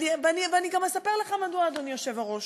ואני גם אספר לך מדוע, אדוני היושב-ראש.